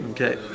Okay